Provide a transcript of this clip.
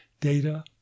data